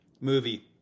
movie